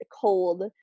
cold